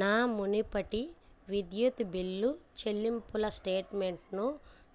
నా మునుపటి విద్యుత్ బిల్లు చెల్లింపుల స్టేట్మెంట్ను